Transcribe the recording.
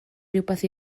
rywbeth